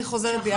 אני חוזרת בי,